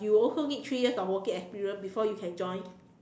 you also need three years of working experience before you can join